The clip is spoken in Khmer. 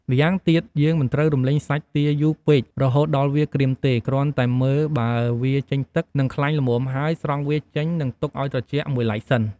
ម្យ៉ាងទៀត យើងមិនត្រូវរំលីងសាច់ទាយូរពេក រហូតដល់វាក្រៀមទេ គ្រាន់តែមើលបើវាចេញទឹក និងខ្លាញ់ល្មមហើយ ស្រង់វាចេញ និងទុកឱ្យត្រជាក់មួយឡែកសិន។